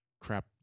crap